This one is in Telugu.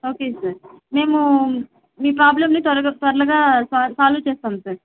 ఓకే సార్ మేము మీ ప్రాబ్లంని త్వరగా త్వరగా సాల్వ్ సాల్వ్ చేస్తాము సార్